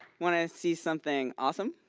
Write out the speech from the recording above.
wanna see something awesome?